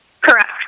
Correct